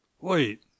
Wait